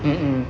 mmhmm